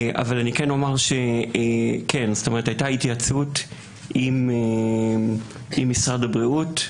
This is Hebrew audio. אני כן אומר שהייתה התייעצות עם משרד הבריאות.